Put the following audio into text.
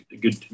good